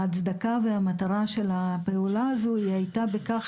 ההצדקה והמטרה של הפעולה הזו הייתה בכך